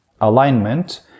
alignment